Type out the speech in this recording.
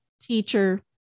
teacher